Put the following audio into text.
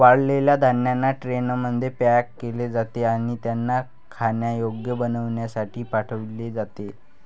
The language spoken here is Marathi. वाळलेल्या धान्यांना ट्रेनमध्ये पॅक केले जाते आणि त्यांना खाण्यायोग्य बनविण्यासाठी पाठविले जाते